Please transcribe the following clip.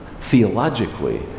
theologically